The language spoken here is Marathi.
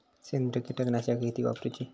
सेंद्रिय कीटकनाशका किती वापरूची?